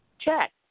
Check